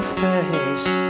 face